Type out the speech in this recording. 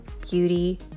beauty